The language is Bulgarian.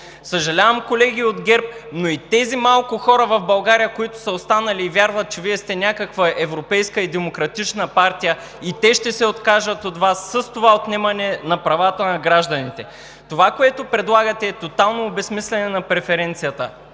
Съжалявам, колеги от ГЕРБ, но и тези малко хора в България, които са останали и вярват, че Вие сте някаква европейска и демократична партия, и те ще се откажат от Вас с това отнемане на правата на гражданите. Това, което предлагате, е тотално обезсмисляне на преференцията.